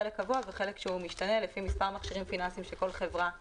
חלק קבוע וחלק משתנה לפי מספר מכשירים פיננסיים שכל חברה מדרגת.